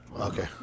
okay